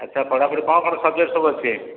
ଆଚ୍ଛା ପଢ଼ା ପଢ଼ି କ'ଣ କ'ଣ ସବ୍ଜେକ୍ଟ ସବୁ ଅଛି